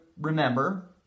remember